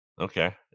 okay